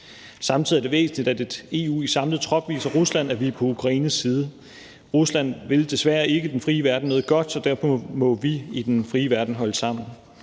Samtidig er det væsentligt, at et EU i samlet trop viser Rusland, at vi er på Ukraines side. Rusland vil desværre ikke den frie verden noget godt, så derfor må vi i den frie verden holde sammen.